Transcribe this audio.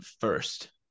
first